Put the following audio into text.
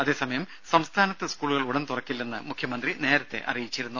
അതേസമയം സംസ്ഥാനത്ത് സ്കൂളുകൾ ഉടൻ തുറക്കില്ലെന്ന് മുഖ്യമന്ത്രി നേരത്തെ അറിയിച്ചിരുന്നു